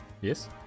Yes